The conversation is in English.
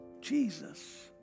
Jesus